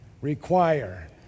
require